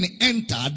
entered